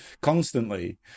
constantly